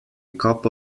cup